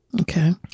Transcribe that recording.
Okay